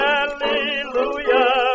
Hallelujah